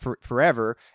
forever